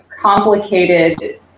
Complicated